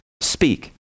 speak